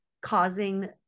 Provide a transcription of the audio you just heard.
causing